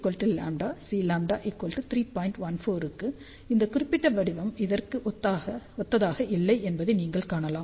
14 க்கு இந்த குறிப்பிட்ட வடிவம் இதற்கு ஒத்ததாக இல்லை என்பதை நீங்கள் காணலாம்